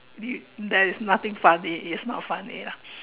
the there is nothing funny it is not funny lah